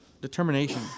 determination